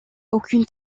aucune